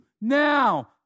now